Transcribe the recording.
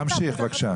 תמשיך בבקשה.